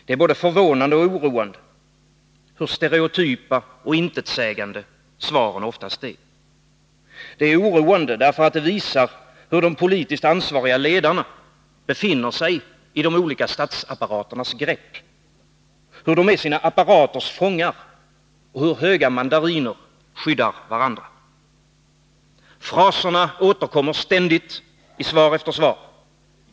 Det är både förvånande och oroande hur stereotypa och intetsägande svaren oftast är. Det är oroande, därför att det visar hur de politiskt ansvariga ledarna befinner sig i de olika statsapparaternas grepp, hur de är sina apparaters fångar och hur höga mandariner skyddar varandra. Fraserna återkommer ständigt i svar efter svar.